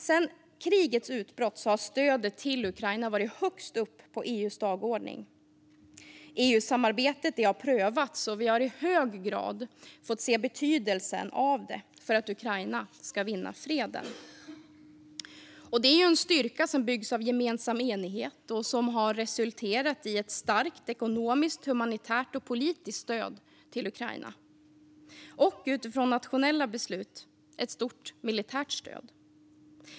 Sedan krigets utbrott har stödet till Ukraina varit högst upp på EU:s dagordning. EU-samarbetet har prövats, och vi har i hög grad fått se betydelsen av samarbetet för att Ukraina ska vinna freden. Detta är en styrka som byggs av gemensam enighet och som har resulterat i ett starkt ekonomiskt, humanitärt och politiskt stöd till Ukraina och, utifrån nationella beslut, ett stort militärt stöd.